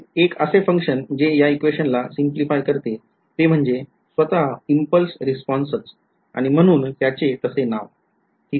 एक असे function जे याequation ला सॅटिसफाय करते ते म्हणजे स्वतः इम्पल्स रिस्पॉन्सच आणि म्हणून त्याचे तसे नाव ठीक आहे